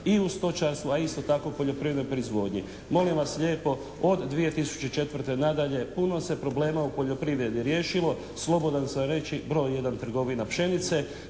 i u stočarstvu a isto tako i u poljoprivrednoj proizvodnji. Molim vas lijepo od 2004. nadalje puno se problema u poljoprivredi riješilo. Slobodan sam reći broj 1 trgovina pšenice